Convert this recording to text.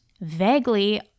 vaguely